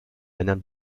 männern